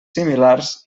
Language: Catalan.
similars